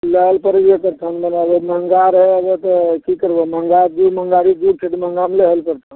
लए लऽ पड़ैए पड़तऽ महँगा आर लेबऽ तऽ की करबह महँगा जे महँगाके जुग छै तऽ महँगा लए लऽ पड़तऽ